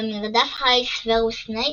במרדף אחרי סוורוס סנייפ,